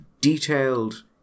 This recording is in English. detailed